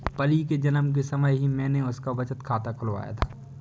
परी के जन्म के समय ही मैने उसका बचत खाता खुलवाया था